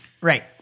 Right